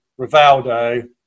Rivaldo